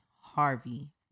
Harvey